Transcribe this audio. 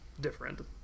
different